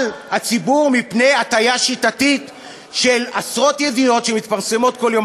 על הציבור מפני הטיה שיטתית של עשרות ידיעות שמתפרסמות כל יום,